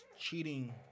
Cheating